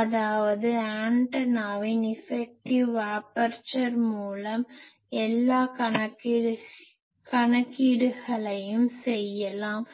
அதாவது ஆண்டனாவின் effective aperture மூலம் எல்லா கணக்கீடுகளையும் செய்யலாம்